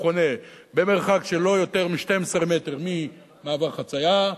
חונה במרחק של לא יותר מ-12 מטר ממעבר חצייה,